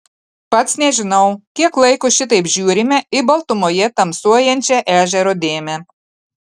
pats nežinau kiek laiko šitaip žiūrime į baltumoje tamsuojančią ežero dėmę